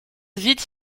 vite